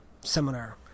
seminar